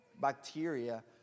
bacteria